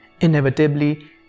inevitably